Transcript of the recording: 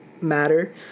matter